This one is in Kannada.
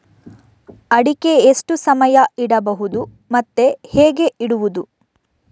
ಅಡಿಕೆ ಎಷ್ಟು ಸಮಯ ಇಡಬಹುದು ಮತ್ತೆ ಹೇಗೆ ಇಡುವುದು?